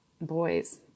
boys